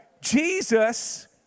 Jesus